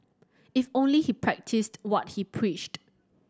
if only he practised what he preached